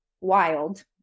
wild